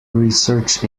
research